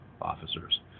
officers